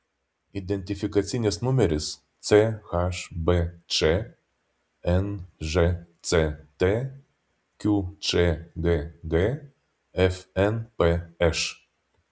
identifikacinis numeris chbč nžct qčgg fnpš